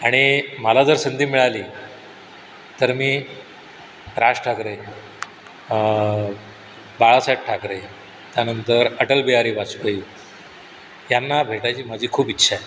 आणि मला जर संधी मिळाली तर मी राज ठाकरे बाळासाहेब ठाकरे त्यानंतर अटल बिहारी वाजपेयी ह्यांना भेटायची माझी खूप इच्छा आहे